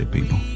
People